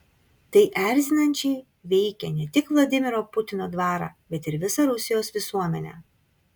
tai erzinančiai veikia ne tik vladimiro putino dvarą bet ir visą rusijos visuomenę